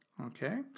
Okay